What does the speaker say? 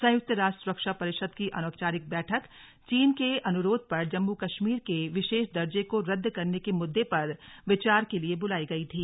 संयुक्त राष्ट्र सुरक्षा परिषद की अनौपचारिक बैठक चीन के अनुरोध पर जम्मू कश्मीर के विशेष दर्जे को रद्द करने के मुद्दे पर विचार के लिए बुलाई गई थी